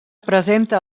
presenta